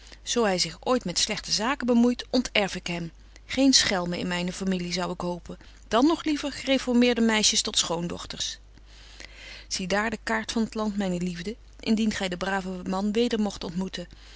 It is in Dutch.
zo hy zich ooit met slegte zaken bebetje wolff en aagje deken historie van mejuffrouw sara burgerhart moeit ontërf ik hem geen schelmen in myne familie zou ik hopen dan nog liever gereformeerde meisjes tot schoondochters zie daar de kaart van t land myne liefde indien gy den braven man weder mogt ontmoeten